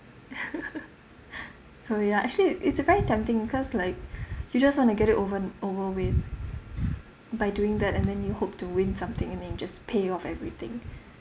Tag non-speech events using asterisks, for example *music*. *laughs* *breath* so ya actually it's uh very tempting because like *breath* you just want to get it over and over with by doing that and then you hope to win something and then you just pay off everything